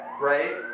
Right